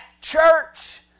church